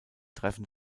treffen